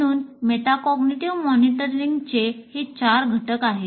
म्हणून मेटाबॉग्निटीव्ह मॉनिटरींगचे हे चार घटक आहेत